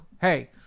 hey